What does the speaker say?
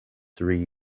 three